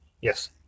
Yes